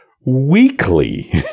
weekly